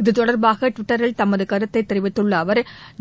இது தொடர்பாக டுவிட்டரில் தமது கருத்தை தெிவித்துள்ள அவர்